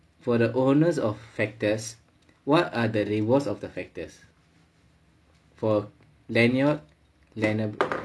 for the owners of factors what are the rewards of the factors for daniel leonard